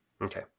Okay